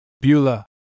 Beulah